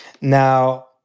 Now